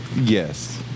Yes